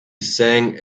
sang